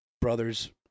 brothers